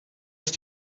ist